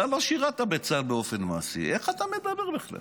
אתה לא שירת בצה"ל באופן מעשי, איך אתה מדבר בכלל?